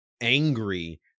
angry